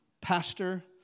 Pastor